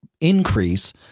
increase